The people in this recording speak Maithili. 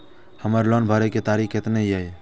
हमर लोन भरे के तारीख केतना ये?